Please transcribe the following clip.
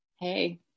Hey